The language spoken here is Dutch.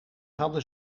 hadden